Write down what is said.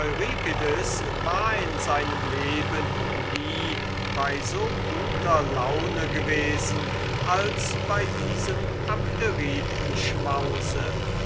in seinem leben nie bei so guter laune gewesen als bei diesem